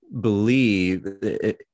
believe